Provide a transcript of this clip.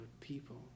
people